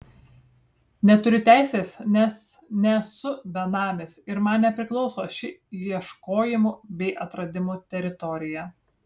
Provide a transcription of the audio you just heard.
neturiu teisės nes nesu benamis ir man nepriklauso ši ieškojimų bei atradimų teritorija